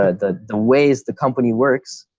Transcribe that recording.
ah the the ways the company works,